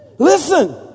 Listen